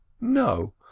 no